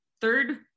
third